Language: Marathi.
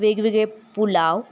वेगवेगळे पुलाव